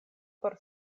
por